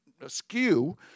askew